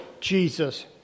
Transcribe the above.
Jesus